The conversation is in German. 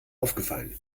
aufgefallen